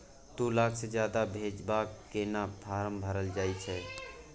दू लाख से ज्यादा भेजबाक केना फारम भरल जाए छै?